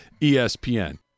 ESPN